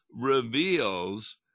reveals